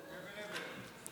מוותרים.